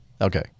Okay